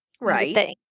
Right